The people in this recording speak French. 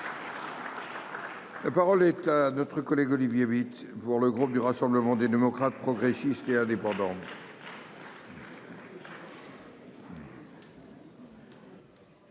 La parole est à M. Olivier Bitz, pour le groupe Rassemblement des démocrates, progressistes et indépendants.